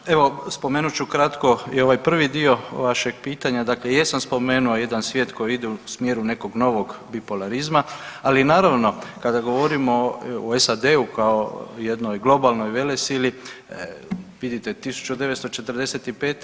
Da, evo spomenut ću kratko i ovaj prvi dio vašeg pitanja, dakle jesam spomenuo jedan svijet koji ide u smjeru nekog novog bipolarizma, ali naravno kada govorimo o SAD-u kao o jednoj globalnoj velesili vidite 1945.